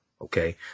Okay